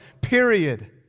Period